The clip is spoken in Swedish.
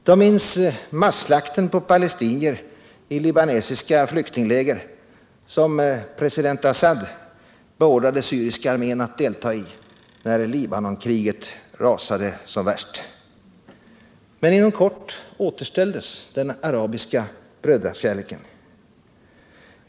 De minns masslakten på palestinier i libanesiska flyktingläger, som president Assad beordrade syriska armén att delta i när Libanonkriget rasade som värst. Men inom kort återställdes den arabiska brödrakärleken.